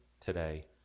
today